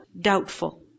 doubtful